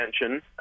attention